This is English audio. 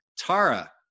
Tara